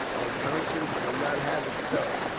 my conscience will not have it so,